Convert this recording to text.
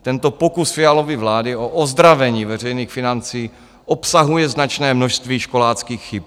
Tento pokus Fialovy vlády o ozdravení veřejných financí obsahuje značné množství školáckých chyb.